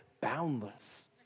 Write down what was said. boundless